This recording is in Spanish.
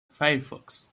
firefox